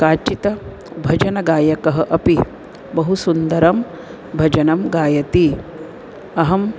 काचित् भजनगायकः अपि बहु सुन्दरं भजनं गायति अहं